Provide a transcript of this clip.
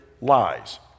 lies